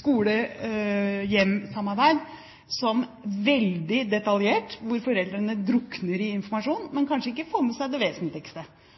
skole–hjem-samarbeid som veldig detaljert, hvor foreldrene drukner i informasjon, men kanskje ikke får med seg det vesentligste.